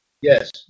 Yes